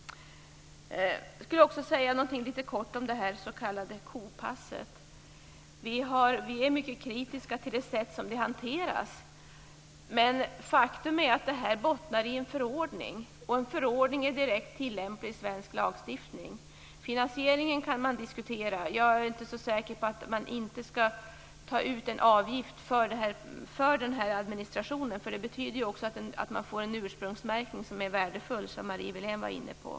Jag skulle också vilja säga något kort om det här s.k. kopasset. Vi är mycket kritiska till det sätt som detta hanteras på, men faktum är att det här bottnar i en förordning, och en förordning är direkt tillämplig i svensk lagstiftning. Finansieringen kan man diskutera. Jag är inte så säker på att man inte skall ta ut en avgift för den här administrationen, för det betyder ju också att man får en ursprungsmärkning som är värdefull. Det var Marie Wilén inne på.